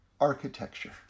architecture